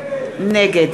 נגד